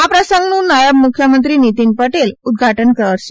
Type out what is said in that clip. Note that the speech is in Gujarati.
આ પ્રસગનું નાયબ મુખ્યમંત્રી નીતિન પટેલ ઉદઘાટન કરશે